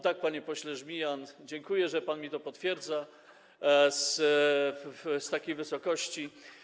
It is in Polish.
Tak, panie pośle Żmijan, dziękuję, że pan mi to potwierdza z takiej wysokości.